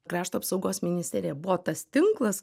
krašto apsaugos ministerija buvo tas tinklas